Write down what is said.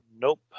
Nope